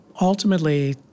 ultimately